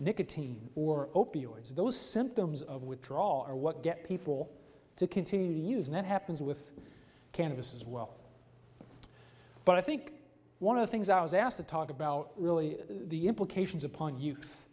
nicotine or opioids those symptoms of withdrawal are what get people to continue to use that happens with cannabis as well but i think one of the things i was asked to talk about really the implications upon youth